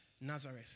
Nazareth